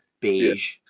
beige